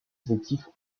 effectifs